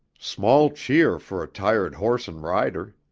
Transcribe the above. small cheer for a tired horse and rider!